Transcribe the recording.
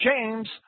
James